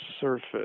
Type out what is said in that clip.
surface